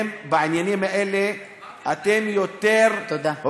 בעניינים האלה אתם תודה.